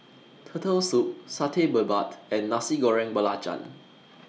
Turtle Soup Satay Babat and Nasi Goreng Belacan